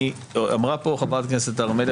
אמרה פה חברת הכנסת הר מלך,